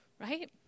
right